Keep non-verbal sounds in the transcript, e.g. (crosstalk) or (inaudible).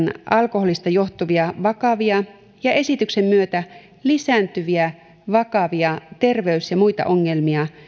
alkoholista johtuvia vakavia ja esityksen myötä lisääntyviä (unintelligible) terveys ja muita ongelmia